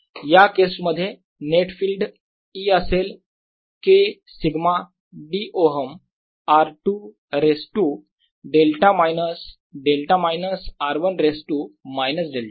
या केस मध्ये net field E असेल k sigma dΩ r 2 raise to delta minus delta minus r 1 raise to minus delta